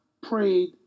prayed